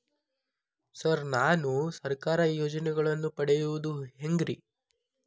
Sir ನಾನು ಸರ್ಕಾರ ಯೋಜೆನೆಗಳನ್ನು ಪಡೆಯುವುದು ಹೆಂಗ್ರಿ?